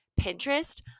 pinterest